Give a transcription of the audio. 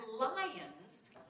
lions